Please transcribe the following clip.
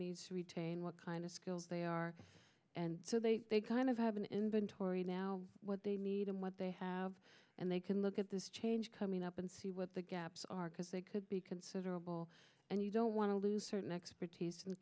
needs to retain what kind of skills they are and so they kind of have an inventory now what they need and what they have and they can look at this change coming up and see what the gaps are because they could be considerable and you don't want to lose certain expertise in